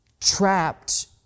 trapped